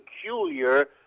peculiar